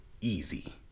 Easy